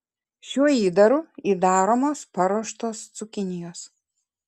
šiuo įdaru įdaromos paruoštos cukinijos